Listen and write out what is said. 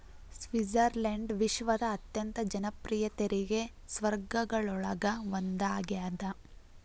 Switzerland ವಿಶ್ವದ ಅತ್ಯಂತ ಜನಪ್ರಿಯ ತೆರಿಗೆ ಸ್ವರ್ಗಗಳೊಳಗ ಒಂದಾಗ್ಯದ